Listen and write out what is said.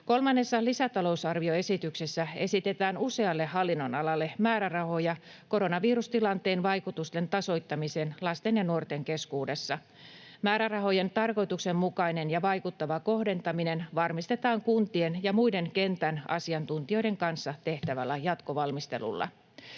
Kolmannessa lisätalousarvioesityksessä esitetään usealle hallinnonalalle määrärahoja koronavirustilanteen vaikutusten tasoittamiseen lasten ja nuorten keskuudessa. Määrärahojen tarkoituksenmukainen ja vaikuttava kohdentaminen varmistetaan kuntien ja muiden kentän asiantuntijoiden kanssa tehtävällä jatkovalmistelulla.